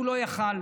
והוא לא היה יכול.